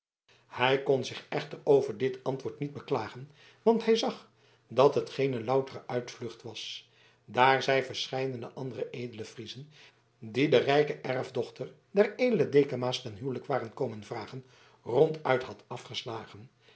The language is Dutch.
hij kon zich echter over dit antwoord niet beklagen want hij zag dat het geene loutere uitvlucht was daar zij verscheidene andere edele friezen die de rijke erfdochter der edele dekama's ten huwelijk waren komen vragen ronduit had afgeslagen